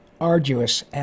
arduous